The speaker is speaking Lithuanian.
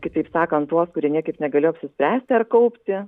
kitaip sakant tuos kurie niekaip negalėjo apsispręsti ar kaupti